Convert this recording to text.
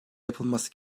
yapılması